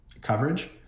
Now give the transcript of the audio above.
coverage